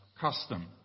custom